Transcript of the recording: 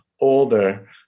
Older